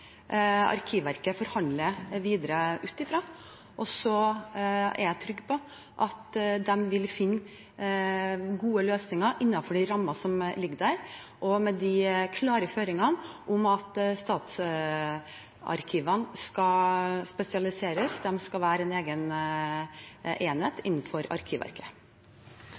er trygg på at de vil finne gode løsninger innenfor de rammene som foreligger – og med de klare føringene om at statsarkivene skal spesialiseres, at de skal være en egen enhet innenfor arkivverket.